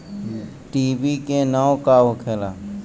डिभी के नाव का होखेला?